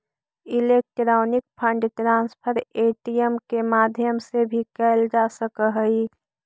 electronic fund transfer ATM के माध्यम से भी कैल जा सकऽ हइ